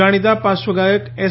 જાણીતા પ્રાશ્વગાયક એસ